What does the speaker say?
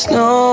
no